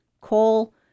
coal